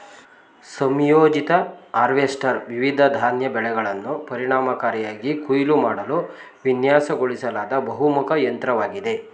ಸಂಯೋಜಿತ ಹಾರ್ವೆಸ್ಟರ್ ವಿವಿಧ ಧಾನ್ಯ ಬೆಳೆಯನ್ನು ಪರಿಣಾಮಕಾರಿಯಾಗಿ ಕೊಯ್ಲು ಮಾಡಲು ವಿನ್ಯಾಸಗೊಳಿಸಲಾದ ಬಹುಮುಖ ಯಂತ್ರವಾಗಿದೆ